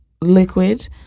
liquid